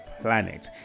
planet